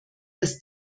dass